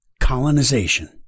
colonization